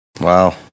Wow